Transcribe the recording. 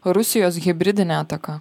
rusijos hibridinė ataka